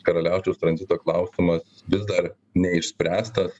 karaliaučiaus tranzito klausimas vis dar neišspręstas